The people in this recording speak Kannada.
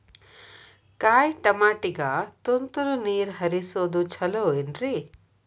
ಕಾಯಿತಮಾಟಿಗ ತುಂತುರ್ ನೇರ್ ಹರಿಸೋದು ಛಲೋ ಏನ್ರಿ?